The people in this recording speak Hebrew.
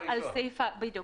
סעיף ההגדרות בדף הראשון.